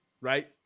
right